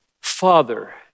Father